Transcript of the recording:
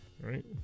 Right